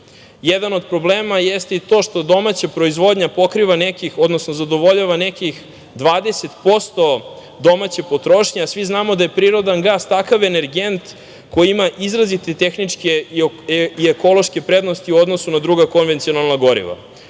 Jedan od problema jeste to što domaća proizvodnja pokriva nekih, odnosno zadovoljava nekih 20% domaće potrošnje, a svi znamo da je prirodan gas takav energent koji ima izrazite tehničke i ekološke prednosti u odnosu na druga konvencionalna goriva. Ukoliko